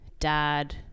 dad